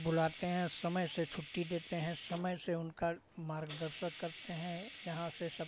बुलाते हैं समय से छुट्टी देते हैं समय से उनका मार्गदर्शक करते हैं यहाँ से सब